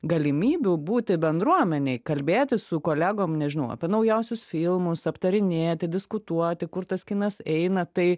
galimybių būti bendruomenėj kalbėtis su kolegom nežinau apie naujausius filmus aptarinėti diskutuoti kur tas kinas eina tai